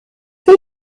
who